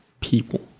people